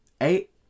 eight